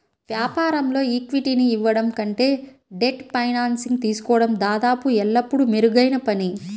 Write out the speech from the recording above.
వ్యాపారంలో ఈక్విటీని ఇవ్వడం కంటే డెట్ ఫైనాన్సింగ్ తీసుకోవడం దాదాపు ఎల్లప్పుడూ మెరుగైన పని